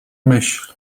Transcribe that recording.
myśl